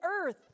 earth